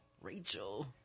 Rachel